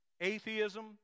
atheism